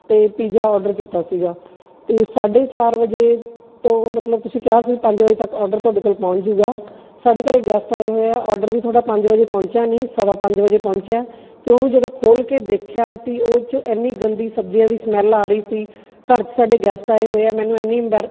ਅਤੇ pizza order ਕੀਤਾ ਸੀਗਾ ਅਤੇ ਸਾਢੇ ਚਾਰ ਵਜੇ ਤੋਂ ਮਤਲਬ ਤੁਸੀਂ ਕਿਹਾ ਸੀ ਪੰਜ ਵਜੇ ਤੱਕ ਔਡਰ ਤੁਹਾਡੇ ਕੋਲ ਪਹੁੰਚ ਜਾਊਗਾ ਸਾਡੇ ਘਰ ਗੈਸਟ ਆਏ ਹੋਏ ਆ ਔਡਰ ਵੀ ਤੁਹਾਡਾ ਪੰਜ ਵਜੇ ਪਹੁੰਚਿਆ ਨਹੀਂ ਸਵਾ ਪੰਜ ਵਜੇ ਪਹੁੰਚਿਆ ਅਤੇ ਉਹਨੂੰ ਜਦੋਂ ਖੋਲ੍ਹ ਕੇ ਦੇਖਿਆ ਅਸੀਂ ਉਹ 'ਚ ਇੰਨੀ ਗੰਦੀ ਸਬਜ਼ੀਆਂ ਦੀ ਸਮੈਲ ਆ ਰਹੀ ਸੀ ਘਰ 'ਚ ਸਾਡੇ ਗੈਸਟ ਆਏ ਹੋਏ ਆ ਮੈਨੂੰ ਇੰਨੀ ਅੰਬੈਰ